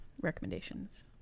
recommendations